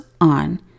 on